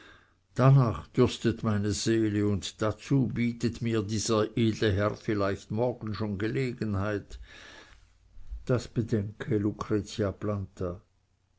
darnach dürstet meine seele und dazu bietet mir dieser edle herr vielleicht morgen schon gelegenheit das bedenke lucretia planta